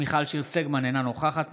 מיכל שיר סגמן, אינה נוכחת